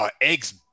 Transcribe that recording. Eggs